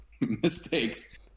mistakes